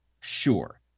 Sure